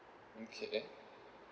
okay